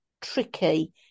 tricky